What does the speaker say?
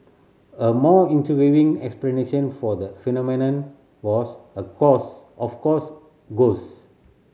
a more intriguing explanation for the phenomenon was of course of course ghost